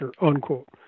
unquote